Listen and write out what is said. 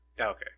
Okay